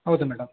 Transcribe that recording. ಹೌದು ಮೇಡಮ್